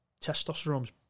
testosterone's